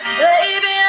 baby